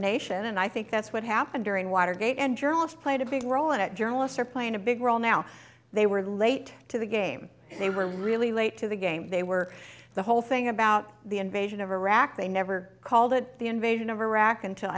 nation and i think that's what happened during watergate and journalists played a big role in it journalists are playing a big role now they were late to the game they were really late to the game they were the whole thing about the invasion of iraq they never called it the invasion of iraq until